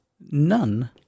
none